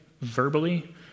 verbally